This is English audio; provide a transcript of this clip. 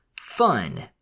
Fun